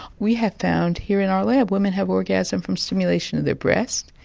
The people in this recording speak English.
we have found here in our lab women have orgasm from stimulation of their breast,